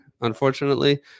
unfortunately